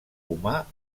humà